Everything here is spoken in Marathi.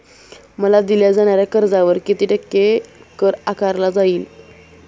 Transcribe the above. मला दिल्या जाणाऱ्या कर्जावर किती टक्के कर आकारला जाईल?